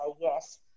yes